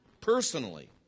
Personally